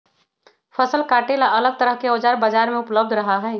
फसल काटे ला अलग तरह के औजार बाजार में उपलब्ध रहा हई